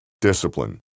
Discipline